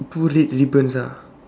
two red ribbons ah